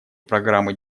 программы